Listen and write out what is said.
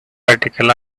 articles